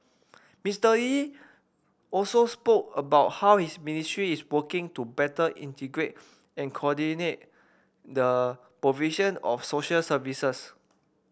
Mister Lee also spoke about how his ministry is working to better integrate and coordinate the provision of social services